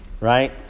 Right